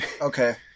okay